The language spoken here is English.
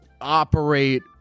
operate